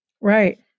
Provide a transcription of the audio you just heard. Right